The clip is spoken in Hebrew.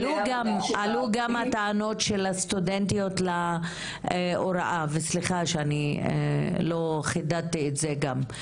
עלו גם הטענות של הסטודנטיות להוראה וסליחה שאני לא חידדתי את זה גם.